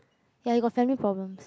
ya he got family problems